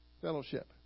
fellowship